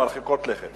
מאוד מרחיקות לכת.